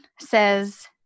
says